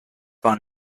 war